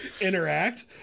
interact